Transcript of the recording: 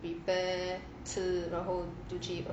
prepare 吃 then 就去